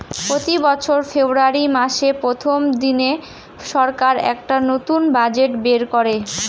প্রতি বছর ফেব্রুয়ারী মাসের প্রথম দিনে সরকার একটা করে নতুন বাজেট বের করে